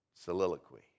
soliloquy